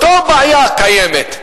אותה בעיה קיימת.